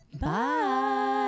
Bye